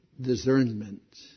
discernment